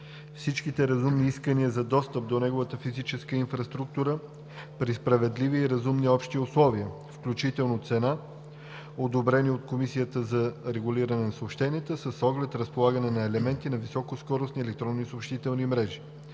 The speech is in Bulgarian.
всички разумни искания за достъп до неговата физическа инфраструктура при справедливи и разумни общи условия, включително цена, одобрени от Комисията за регулиране на съобщенията, с оглед разполагане на елементи на високоскоростни електронни съобщителни мрежи.“